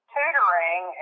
tutoring